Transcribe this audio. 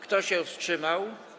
Kto się wstrzymał?